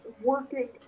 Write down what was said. working